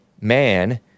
man